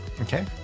Okay